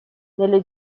nelle